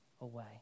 away